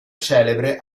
celebre